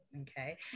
Okay